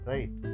Right